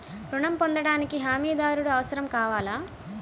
ఋణం పొందటానికి హమీదారుడు అవసరం కావాలా?